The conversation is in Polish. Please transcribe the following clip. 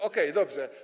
Okej, dobrze.